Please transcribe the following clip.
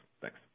Thanks